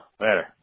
Later